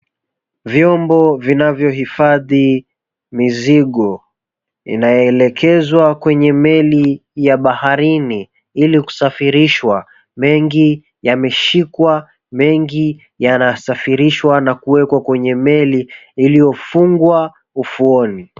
Vyombo vinavyo hifadhi mizigo, inayeelekezwa kwenye meli ya baharini ili kusafirishwa, mengi yameshikwa, mengi yanasafirishwa na kuwekwa kwenye meli iliyofungwa ufuoni.